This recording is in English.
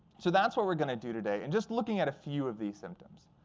so that's what we're going to do today and just looking at a few of these symptoms.